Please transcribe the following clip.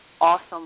awesome